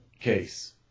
case